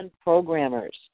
programmers